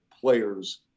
players